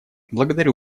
благодарю